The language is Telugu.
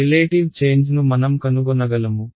రిలేటివ్ చేంజ్ను మనం కనుగొనగలము